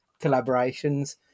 collaborations